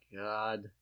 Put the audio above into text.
god